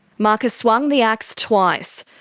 marcus swung the axe twice.